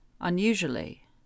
Unusually